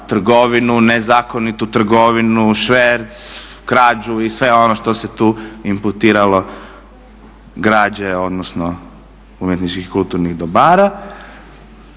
trgovinu, nezakonitu trgovinu, šverc, krađu i sve ono što se tu imputiralo građe odnosno umjetničkih kulturnih dobara.